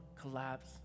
collapse